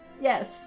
Yes